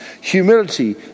humility